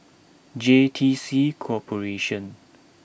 J T C Corporation